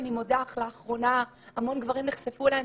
אבל לאחרונה המון גברים נחשפו אליי.